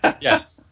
yes